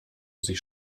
sich